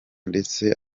ndetse